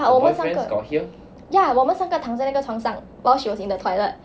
but 我们三个 ya 我们三个躺在那个床上 while she was in the toilet